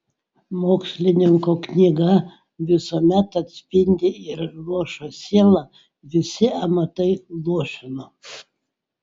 mokslininko knyga visuomet atspindi ir luošą sielą visi amatai luošina